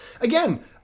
Again